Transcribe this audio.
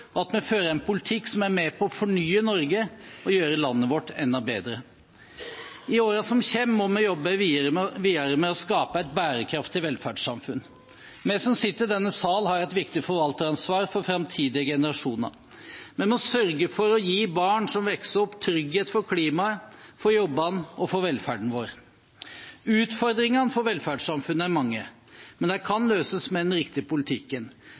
framover, at vi fører en politikk som er med på å fornye Norge og gjøre landet vårt enda bedre. I årene som kommer, må vi jobbe videre med å skape et bærekraftig velferdssamfunn. Vi som sitter i denne sal, har et viktig forvalteransvar for framtidige generasjoner. Vi må sørge for å gi barna som vokser opp, trygghet for klimaet, for jobbene og for velferden vår. Utfordringene for velferdssamfunnet er mange, men de kan løses med den riktige politikken.